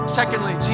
secondly